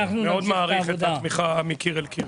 מאוד מעריך את התמיכה מקיר אל קיר,